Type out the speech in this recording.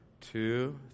two